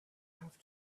have